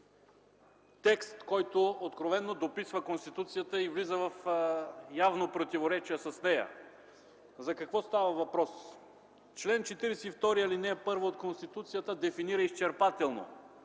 текст, който откровено дописва Конституцията и влиза в явно противоречие с нея. За какво става въпрос? Член 42, ал. 1 от Конституцията дефинира изчерпателно,